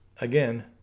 Again